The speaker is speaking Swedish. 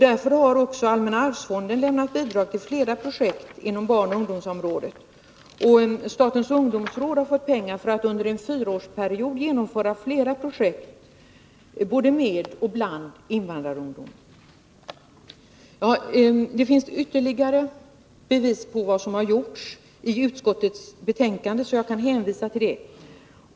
Därför har Allmänna arvsfonden lämnat bidrag till flera projekt inom barnoch ungdomsområdet. Statens ungdomsråd har fått pengar för att under en fyraårsperiod genomföra flera projekt både med och bland invandrarungdom. Ytterligare bevis på vad som har gjorts finns i utskottets betänkande, och jag hänvisar till det.